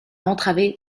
entraver